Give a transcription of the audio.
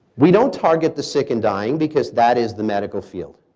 we don't target the sick and dying because that is the medical field.